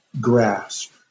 grasp